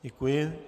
Děkuji.